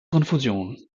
konfusion